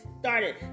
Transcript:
started